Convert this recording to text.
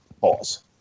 Pause